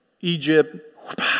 Egypt